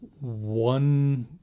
one